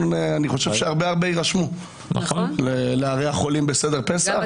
אני חושב שהרבה יירשמו לארח עולים בסדר פסח.